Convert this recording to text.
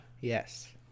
Yes